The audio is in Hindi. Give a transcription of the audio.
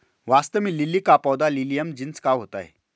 वास्तव में लिली का पौधा लिलियम जिनस का होता है